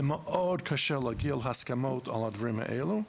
מאוד קשה להגיע להסכמה על הדברים האלו.